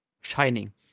shining